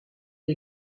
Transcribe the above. est